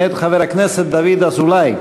מאת חבר הכנסת דוד אזולאי,